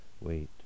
Wait